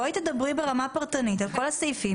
תדברי ברמה פרטנית על כל הסעיפים,